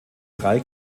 drei